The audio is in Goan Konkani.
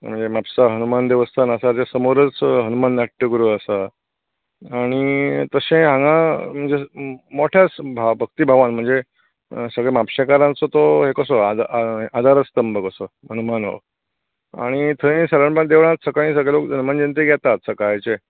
म्हणजे म्हापशा हनुमान देवस्थान आसा ताच्या समोरच हनुमान नाट्यगृह आसा आनी तशें हांगां मोठ्या भक्ती भावान सगळ्या म्हापशेंकारांचो तो सारको आदारस्थंभ आनी थंय सगळे लोक सकाळचें हनुमान जयंतेक येतात सकाळचें